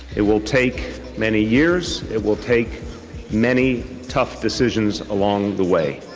it will take many years, it will take many tough decisions along the way,